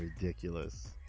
Ridiculous